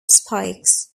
spikes